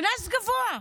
קנס גבוה,